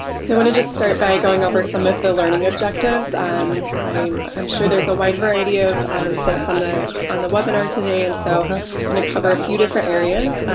so gonna just start by going over some of the learning objectives and um i'm i'm sure there's a wide variety of folks on the on the webinar today and i'm so gonna cover a few different areas.